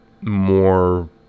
more